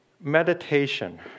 Meditation